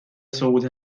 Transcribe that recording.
سقوط